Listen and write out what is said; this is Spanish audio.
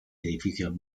edificios